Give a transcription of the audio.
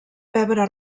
pebre